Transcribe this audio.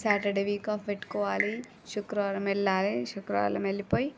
Saturday week off పెట్టుకోవాలి శుక్రువారం వెళ్ళాలి శుక్రువారం వెళ్ళిపోయి